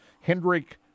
Hendrick